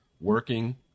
working